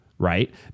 Right